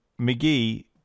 McGee